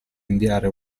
inviare